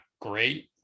great